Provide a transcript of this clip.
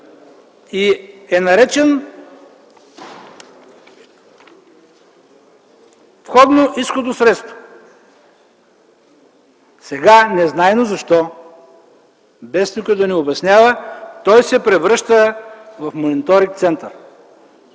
и е наречен входно-изходно средство. Сега незнайно защо, без никой да ни обяснява той се превръща в мониторинг център.